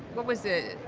what was it?